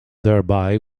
thereby